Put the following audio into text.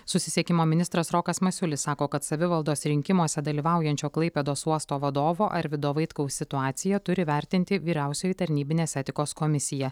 susisiekimo ministras rokas masiulis sako kad savivaldos rinkimuose dalyvaujančio klaipėdos uosto vadovo arvydo vaitkaus situaciją turi vertinti vyriausioji tarnybinės etikos komisija